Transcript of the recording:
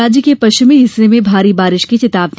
राज्य के पश्चिमी हिस्से में भारी बारिश की चेतावनी